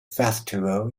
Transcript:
festival